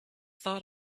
thought